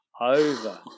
over